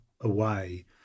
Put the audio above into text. away